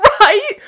right